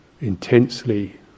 intensely